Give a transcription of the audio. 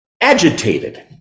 agitated